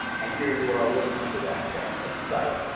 and here you are looking for that phantom site.